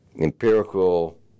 empirical